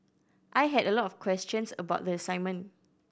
I had a lot of questions about the assignment